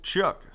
Chuck